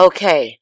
Okay